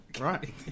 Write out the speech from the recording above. Right